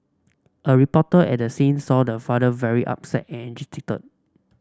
a reporter at the scene saw the father very upset and agitated